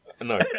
No